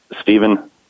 Stephen